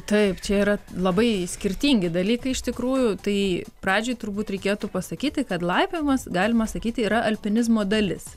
taip čia yra labai skirtingi dalykai iš tikrųjų tai pradžiai turbūt reikėtų pasakyti kad laipiojimas galima sakyti yra alpinizmo dalis